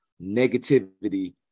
negativity